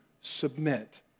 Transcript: submit